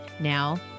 now